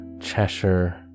Cheshire